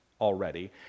already